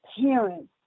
parents